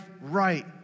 right